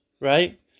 right